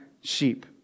sheep